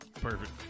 Perfect